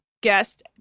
guest